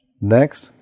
Next